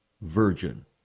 virgin